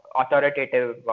authoritative